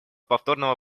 повторного